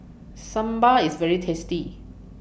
Sambal IS very tasty